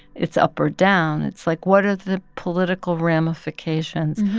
it's up or down. it's like, what are the political ramifications?